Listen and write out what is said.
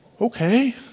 okay